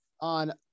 on